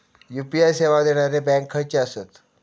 UPI सेवा देणारे bank खयचे आसत?